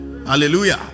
Hallelujah